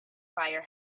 fire